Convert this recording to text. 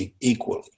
equally